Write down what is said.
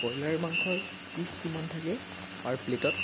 broiler মাংসৰ পিছ কিমান থাকে পাৰ প্লেটত